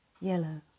Yellow